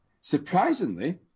surprisingly